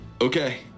Okay